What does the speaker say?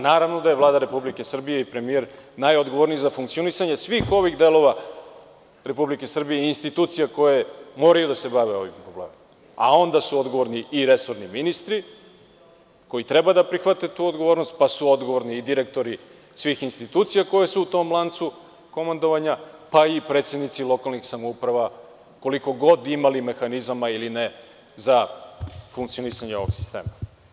Naravno da suVlada Republike Srbije i premijer najodgovorniji za funkcionisanje svih ovih delova Republike Srbije i institucija koje moraju da se bave ovim problemom, a onda su odgovorni i resorni ministri, koji treba da prihvate tu odgovornost, pa su odgovorni i direktori svih institucija koji su u tom lancu komandovanja, pa i predsednici lokalnih samouprava, koliko god imali mehanizama ili ne za funkcionisanje ovog sistema.